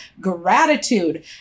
Gratitude